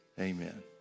Amen